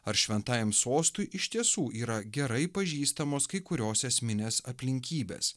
ar šventajam sostui iš tiesų yra gerai pažįstamos kai kurios esminės aplinkybės